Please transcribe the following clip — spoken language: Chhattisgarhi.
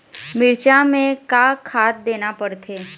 मिरचा मे का खाद देना पड़थे?